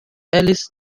alice